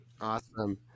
Awesome